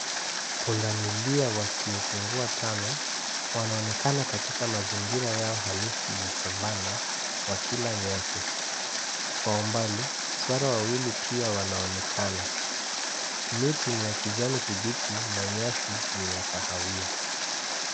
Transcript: Punda milia wasiopungua tano wanaonekana katika mazingira yao halisi ya Savanna wakila nyasi. Kwa umbali swara wawili pia wanaonekana. Miti ni ya kijani kibichi na nyasi ni ya kahawia.